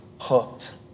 hooked